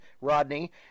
Rodney